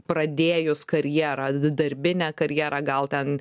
pradėjus karjerą darbinę karjerą gal ten